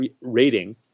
rating